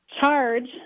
charge